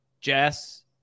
Jess